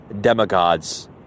demigods